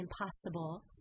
Impossible